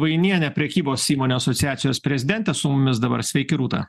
vainienė prekybos įmonių asociacijos prezidentė su mumis dabar sveiki rūta